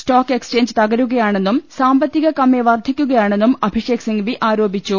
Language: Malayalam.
സ്റ്റോക്ക് എക്സ്ചേഞ്ച് തകരുകയാണെന്നും സാമ്പത്തിക കമ്മി വർദ്ധി ക്കുകയാണെന്നും അഭിഷേക് സിംഗ്വി ആരോപിച്ചു